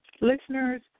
listeners